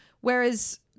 whereas